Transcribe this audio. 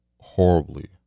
horribly